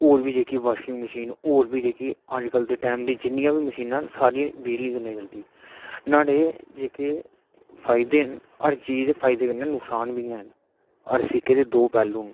और बी जेहकी बाशिंग मशीन और बी जेहकियां अज्ज दे टाइम दियां मशीनां ना सारियां बिजली कन्ने चलदी न्हाडे जेहके फायदे ना हर चीज दे फायदे कन्नै नुक्सान बी हेन हर सिक्के दे दौ पेहलू न